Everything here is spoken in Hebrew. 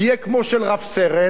תהיה כמו של רב-סרן.